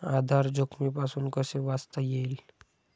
आधार जोखमीपासून कसे वाचता येईल?